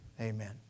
Amen